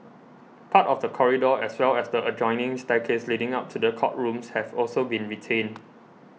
part of the corridor as well as the adjoining staircase leading up to the courtrooms have also been retained